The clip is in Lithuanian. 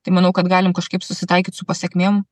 tai manau kad galim kažkaip susitaikyt su pasekmėm